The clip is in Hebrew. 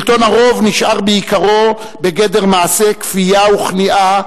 שלטון הרוב נשאר בעיקרו בגדר מעשה כפייה וכניעה,